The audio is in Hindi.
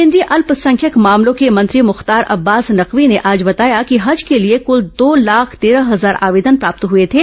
केंद्रीय अल्पसंख्यक मामलों के मंत्री मुख्तार अब्बास नकवी ने आज बताया कि हज के लिए कुल दो लाख तेरह हजार आवेदन प्राप्त हुए थे